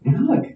Look